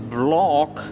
block